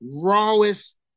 rawest